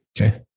Okay